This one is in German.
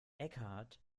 eckhart